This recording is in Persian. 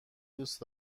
دوست